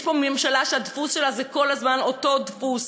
יש פה ממשלה שהדפוס שלה הוא כל הזמן אותו דפוס.